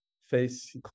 face